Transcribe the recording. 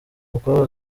mukobwa